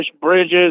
bridges